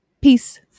Peace